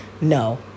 no